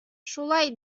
шулай